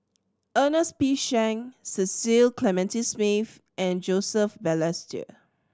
Ernest P Shank Cecil Clementi Smith and Joseph Balestier